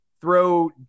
throw